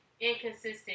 inconsistent